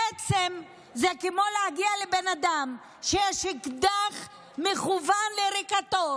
זה בעצם כמו להגיע לבן אדם שיש אקדח מכוון לרקתו